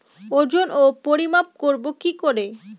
ওজন ও পরিমাপ করব কি করে?